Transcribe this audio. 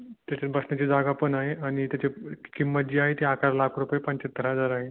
त्याच्यात बसण्याची जागा पण आहे आणि त्याचप किंमत जी आहे ती अकरा लाख रुपये पंच्याहत्तर हजार आहे